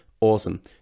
Awesome